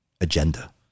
agenda